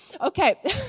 Okay